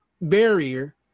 barrier